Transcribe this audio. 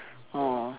orh